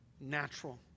natural